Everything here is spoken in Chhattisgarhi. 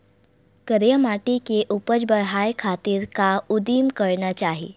करिया माटी के उपज बढ़ाये खातिर का उदिम करना चाही?